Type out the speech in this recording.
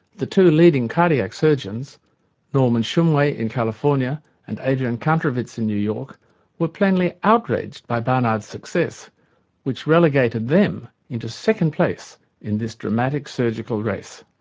the two leading cardiac surgeons norman shumway in california and adrian kantrowitz in new york were plainly outraged by barnard's success which relegated them into second place in this dramatic surgical race.